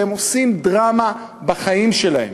והם עושים דרמה בחיים שלהם.